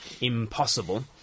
impossible